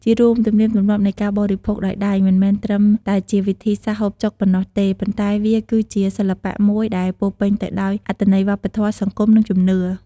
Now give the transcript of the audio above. ជារួម ទំនៀមទម្លាប់នៃការបរិភោគដោយដៃ មិនមែនត្រឹមតែជាវិធីសាស្ត្រហូបចុកប៉ុណ្ណោះទេ ប៉ុន្តែវាគឺជាសិល្បៈមួយដែលពោរពេញទៅដោយអត្ថន័យវប្បធម៌ សង្គម និងជំនឿ។